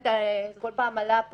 בכל פעם עלה פה